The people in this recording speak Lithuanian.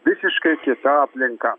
visiškai kita aplinka